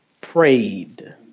prayed